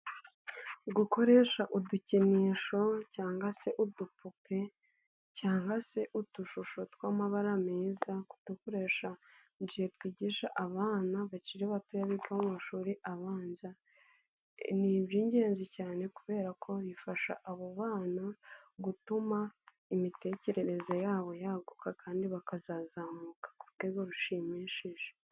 Gukoresha udukinisho cyangwa se udupupe cyangwa se utushusho tw'amabara meza kudukoresha mu gihe twigisha abana bakiri batoya biga mu mashuri abanza. Ni iby'ingenzi cyane kubera ko bifasha abo bana gutuma imitekerereze yabo yaguka kandi bakazazamuka ku rwego rushimishije.